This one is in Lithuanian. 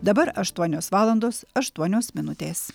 dabar aštuonios valandos aštuonios minutės